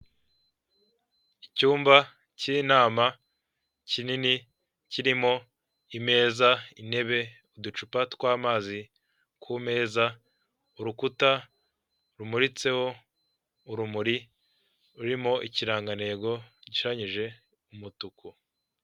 Icyumba cy'inama kinini kirimo imeza, intebe, uducupa tw'amazi ku meza, urukuta rumuritseho urumuri rurimo ikirangantego gishushanyije umutuku.